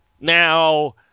Now